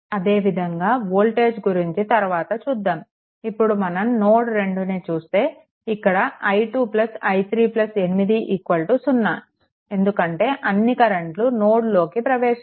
అదే విధంగా వోల్టేజ్ గురించి తరువాత చూద్దాము ఇప్పుడు మనం నోడ్2 ని చూస్తే ఇక్కడ i 2 i3 8 0 ఎందుకంటే అన్ని కరెంట్లు నోడ్లోకి ప్రవేశిస్తున్నాయి